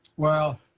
well,